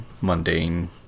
mundane